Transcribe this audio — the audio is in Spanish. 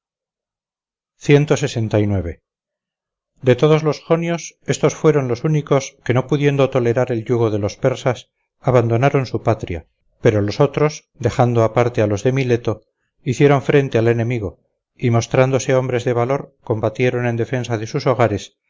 de todos los jonios estos fueron los únicos que no pudiendo tolerar el yugo de los persas abandonaron su patria pero los otros dejando aparte a los de mileto hicieron frente al enemigo y mostrándose hombres de valor combatieron en defensa de sus hogares